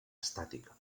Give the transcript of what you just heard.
estàtica